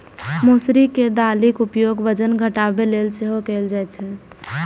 मौसरी के दालिक उपयोग वजन घटाबै लेल सेहो कैल जाइ छै